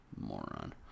Moron